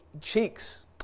cheeks